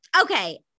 Okay